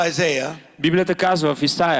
Isaiah